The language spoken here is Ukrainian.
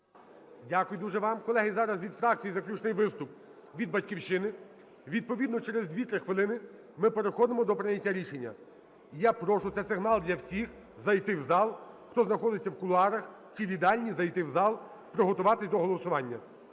Дякую дуже вам. Колеги, зараз від фракції заключний виступ від "Батьківщини". Відповідно через 2-3 хвилини ми переходимо до прийняття рішення. І я прошу, це сигнал для всіх, зайти в зал, хто знаходиться в кулуарах чи в їдальні, зайти в зал, приготуватись до голосування.